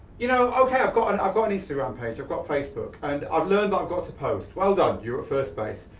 you know, okay, i've got and i've got an instagram page, i've got facebook, and i've learned that i've got post. well done, you're at first base.